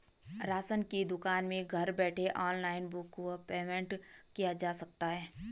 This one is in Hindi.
राशन की दुकान में घर बैठे ऑनलाइन बुक व पेमेंट किया जा सकता है?